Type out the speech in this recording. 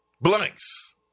blanks